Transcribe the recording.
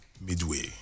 midway